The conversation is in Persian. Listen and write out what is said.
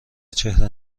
چهره